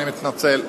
אני מתנצל.